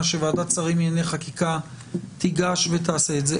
שוועדת השרים לענייני חקיקה תיגש ותעשה את זה?